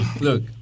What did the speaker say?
Look